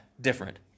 different